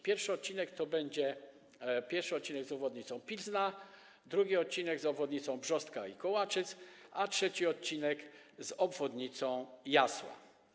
Pierwszy odcinek to będzie odcinek z obwodnicą Pilzna, drugi odcinek z obwodnicą Brzostka i Kołaczyc, a trzeci odcinek z obwodnicą Jasła.